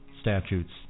statutes